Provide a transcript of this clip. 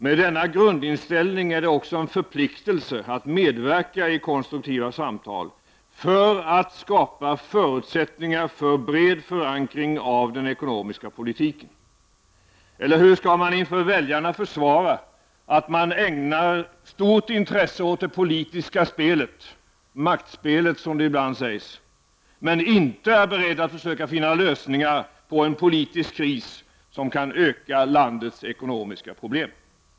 Med den grundinställningen är det också en förpliktelse att medverka i konstruktiva samtal för att skapa förutsättningar för bred förankring av den ekonomiska politiken. Eller hur skall man inför väljarna försvara att man ägnar stort intresse åt det politiska spelet, maktspelet som det ibland kallas, men inte är beredd att försöka finna lösningar på en politisk kris, som kan öka landets ekonomiska problem?